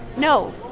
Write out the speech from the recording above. no,